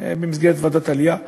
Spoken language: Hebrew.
במסגרת ועדת העלייה והקליטה.